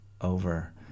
over